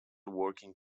working